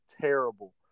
terrible